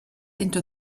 into